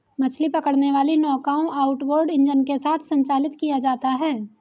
मछली पकड़ने वाली नौकाओं आउटबोर्ड इंजन के साथ संचालित किया जाता है